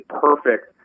perfect